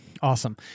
Awesome